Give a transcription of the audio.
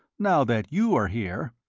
now that you are here.